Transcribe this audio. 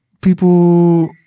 people